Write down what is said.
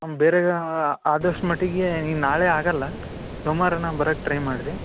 ಬೇರೆ ಆದಷ್ಟು ಮಟ್ಟಿಗೆ ನೀವು ನಾಳೆ ಆಗೋಲ್ಲ ಸೋಮಾರನೇ ಬರಕ್ಕೆ ಟ್ರೈ ಮಾಡಿರಿ